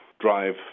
drive